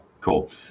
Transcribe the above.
Cool